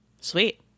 Sweet